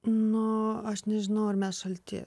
nuo aš nežinau ar mes šalti